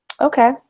Okay